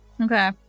Okay